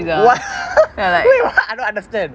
!wah! wait what I don't understand